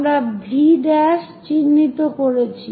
আমরা V চিহ্নিত করেছি